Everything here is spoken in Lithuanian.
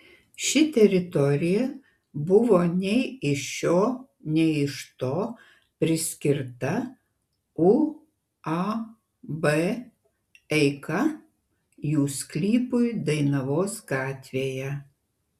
ši teritorija buvo nei iš šio nei iš to priskirta uab eika jų sklypui dainavos gatvėje